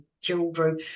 children